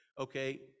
okay